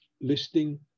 listing